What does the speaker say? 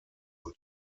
und